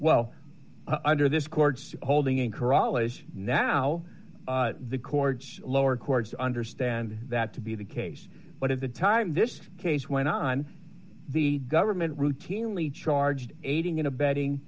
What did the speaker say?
well under this court's holding in corollas now the courts lower courts understand that to be the case but at the time this case went on the government routinely charged aiding and abetting